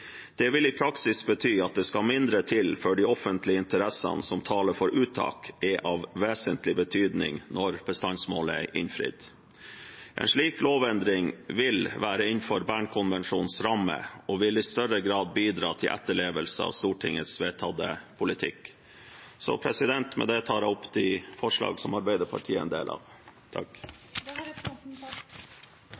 Det vil i praksis bety at det skal mindre til før de offentlige interessene som taler for uttak, er av vesentlig betydning når bestandsmålet er innfridd. En slik lovendring vil være innenfor Bernkonvensjonens rammer og vil i større grad bidra til etterlevelse av Stortingets vedtatte politikk. Med det tar jeg opp de forslagene som Arbeiderpartiet er en del av.